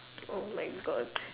oh my god